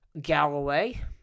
Galloway